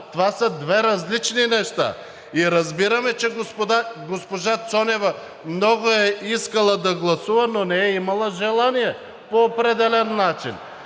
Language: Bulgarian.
Това са две различни неща. И разбираме, че госпожа Цонева много е искала да гласува, но не е имала желание, по определен начин.